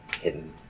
hidden